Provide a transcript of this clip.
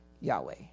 Yahweh